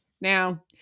now